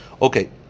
Okay